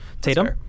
Tatum